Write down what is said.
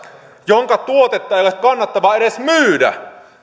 jonka tuotetta ei ole kannattavaa edes myydä